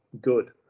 good